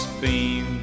beam